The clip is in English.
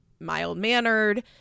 mild-mannered